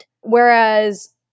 Whereas